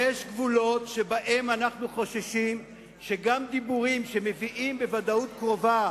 יש גבולות שבהם אנחנו חוששים שגם דיבורים מביאים בוודאות קרובה